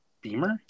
Beamer